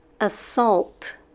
assault